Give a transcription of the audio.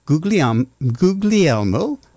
Guglielmo